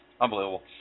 Unbelievable